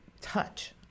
touch